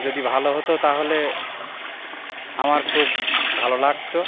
যদি ভালো হতো তাহলে আমার খুব ভালো লাগতো